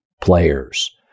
players